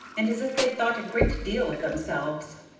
and as if they thought a great deal of themselves.